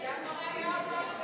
היה פה שקט מופתי.